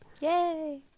Yay